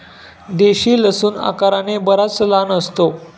देशी लसूण आकाराने बराच लहान असतो